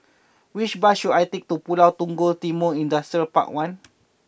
which bus should I take to Pulau Punggol Timor Industrial Park one